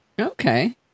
Okay